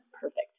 perfect